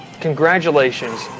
congratulations